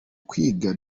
kwiga